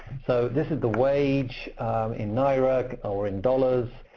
so this is the wage in naira, or in dollars.